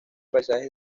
países